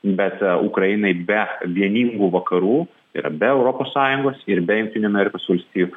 bet ukrainai be vieningų vakarų ir be europos sąjungos ir be jungtinių amerikos valstijų